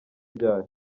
ryari